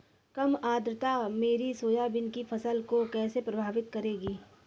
कम आर्द्रता मेरी सोयाबीन की फसल को कैसे प्रभावित करेगी?